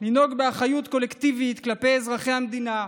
לנהוג באחריות קולקטיבית כלפי אזרחי המדינה,